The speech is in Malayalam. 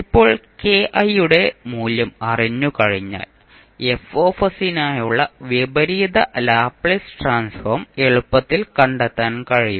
ഇപ്പോൾ യുടെ മൂല്യം അറിഞ്ഞുകഴിഞ്ഞാൽ F നായുള്ള വിപരീത ലാപ്ലേസ് ട്രാൻസ്ഫോം എളുപ്പത്തിൽ കണ്ടെത്താൻ കഴിയും